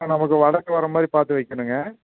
நமக்கு வடக்கு வரமாதிரி பார்த்து வைக்கனும்ங்க